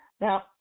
now